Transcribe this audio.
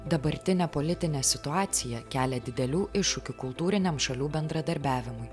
dabartinė politinė situacija kelia didelių iššūkių kultūriniam šalių bendradarbiavimui